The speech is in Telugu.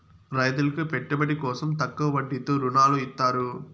రైతులకు పెట్టుబడి కోసం తక్కువ వడ్డీతో ఋణాలు ఇత్తారు